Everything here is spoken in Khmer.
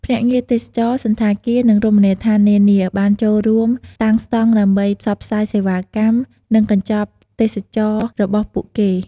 ភ្នាក់ងារទេសចរណ៍ សណ្ឋាគារ និងរមណីយដ្ឋាននានា បានចូលរួមតាំងស្តង់ដើម្បីផ្សព្វផ្សាយសេវាកម្ម និងកញ្ចប់ទេសចរណ៍របស់ពួកគេ។